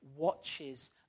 Watches